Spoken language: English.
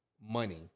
money